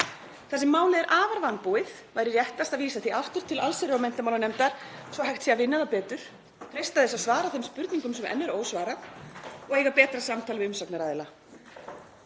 Þar sem málið er afar vanbúið væri réttast að vísa því aftur til allsherjar- og menntamálanefndar svo hægt sé að vinna það betur, freista þess að svara þeim spurningum sem enn er ósvarað og eiga betra samtal við umsagnaraðila.